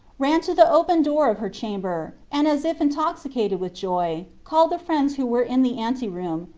ran to the opened door of her chamber, and as if intoxicated with joy, called the friends who were in the anteroom,